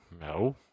No